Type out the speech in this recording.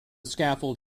scaffold